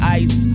ice